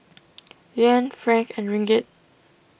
Yuan Franc and Ringgit